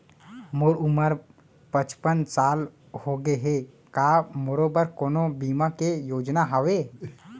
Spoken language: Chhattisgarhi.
मोर उमर पचपन साल होगे हे, का मोरो बर कोनो बीमा के योजना हावे?